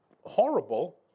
horrible